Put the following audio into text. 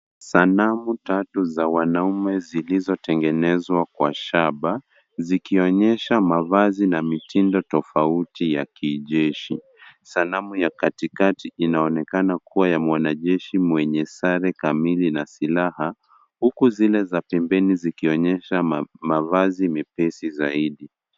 Sanamu tatu za wanaume zilizotengenezwa kwa shaba zikionyesha mavazi na mitindo tofauti ya kijeshi. Sanamu ya katikati inaonekana kuwa ya mwanajeshi mwenye sare kamili na silaha, huku zile za pembeni zikionyesha mavazi mepesi zaidi.